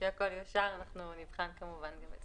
מדברים על הכשרה